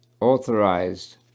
authorized